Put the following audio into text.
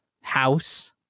house